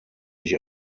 ich